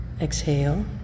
Exhale